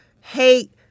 hate